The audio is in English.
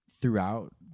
throughout